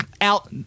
Out